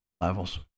levels